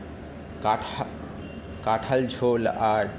কাঁঠাল ঝোল আর